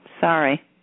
sorry